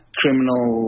criminal